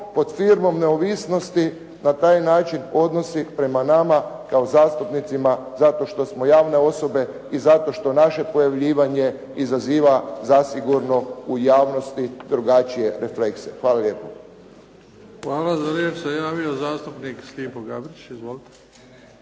pod firmom neovisnosti na taj način odnosi prema nama kao zastupnicima zato što smo javne osobe i zato što naše pojavljivanje izaziva zasigurno u javnosti drugačije reflekse. Hvala lijepo. **Bebić, Luka (HDZ)** Hvala. Za riječ se javio zastupnik Stipo Gabrić. Izvolite.